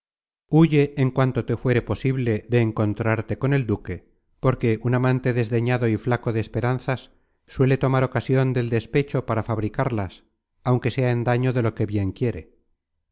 huye en cuanto te fuere posible de encontrarte con el duque porque un amante desdeñado y flaco de esperanzas suele tomar ocasion del despecho para fabricarlas aunque sea en daño de lo que bien quiere